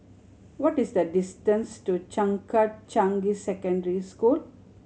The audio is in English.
what is the distance to Changkat Changi Secondary School